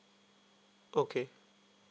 okay